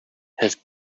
have